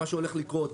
א'3,